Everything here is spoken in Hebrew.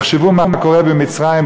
תחשבו מה קורה במצרים,